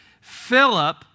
Philip